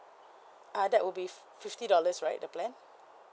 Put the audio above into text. uh that would be fifty dollars right the plan